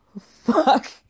Fuck